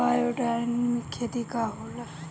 Biodynamic खेती का होला?